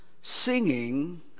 singing